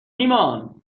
ایمان